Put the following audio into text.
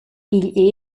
igl